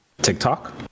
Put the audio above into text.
TikTok